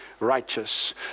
Righteous